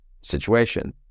situation